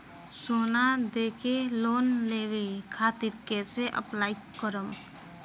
सोना देके लोन लेवे खातिर कैसे अप्लाई करम?